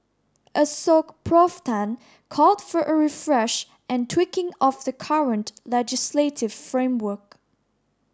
Assoc Prof Tan called for a refresh and tweaking of the current legislative framework